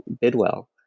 Bidwell